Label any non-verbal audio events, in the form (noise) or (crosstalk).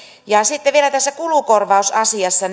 sitten vielä tässä kulukorvausasiassa (unintelligible)